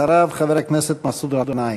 אחריו, חבר הכנסת מסעוד גנאים.